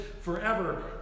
forever